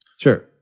Sure